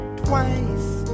twice